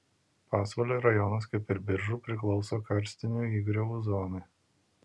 pasvalio rajonas kaip ir biržų priklauso karstinių įgriovų zonai